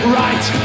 right